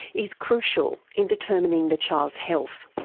is crucial in determining the child's health.